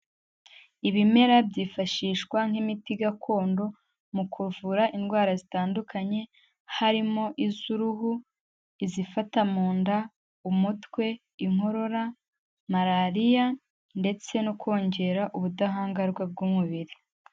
Ibimera byifashishwa nk'imiti gakondo mu kuvura indwara zitandukanye, harimo iz'uruhu, izifata mu nda, umutwe, Inkorora, Malariya ndetse no kongera ubudahangarwa bw'umubiri.